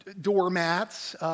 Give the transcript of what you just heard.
doormats